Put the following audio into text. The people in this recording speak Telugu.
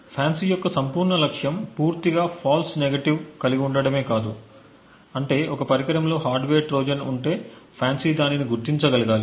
FANCI యొక్క సంపూర్ణ లక్ష్యం పూర్తిగా ఫాల్స్ నెగేటివ్స్ కలిగి ఉండటమే కాదు అంటే ఒక పరికరంలో హార్డ్వేర్ ట్రోజన్ ఉంటే FANCI దానిని గుర్తించగలగాలి